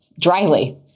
dryly